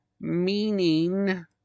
meaning